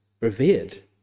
revered